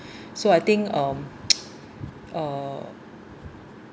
so I think um uh